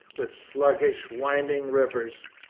with sluggish, winding rivers.